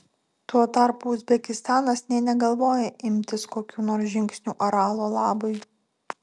tuo tarpu uzbekistanas nė negalvoja imtis kokių nors žingsnių aralo labui